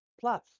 Plus